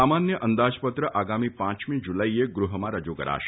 સામાન્ય અંદાજપત્ર આગામી પમી જુલાઈએ ગૃહમાં રજુ કરાશે